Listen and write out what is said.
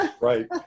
Right